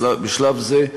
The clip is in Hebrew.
בשלב זה,